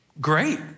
great